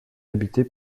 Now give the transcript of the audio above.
habitée